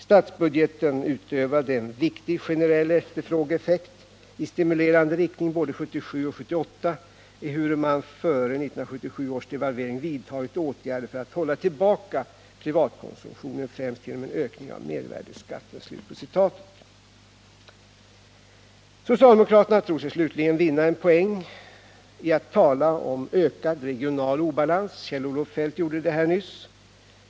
Statsbudgeten utövade en viktig generell efterfrågeeffekt i stimulerande riktning både 1977 och 1978, ehuru man före 1977 års devalvering vidtagit åtgärder för att hålla tillbaka privatkonsumtionen främst genom en ökning av mervärdeskatten.” Socialdemokraterna tror sig slutligen vinna en poäng genom att tala om ökad regional obalans. Kjell-Olof Feldt gjorde det nyss.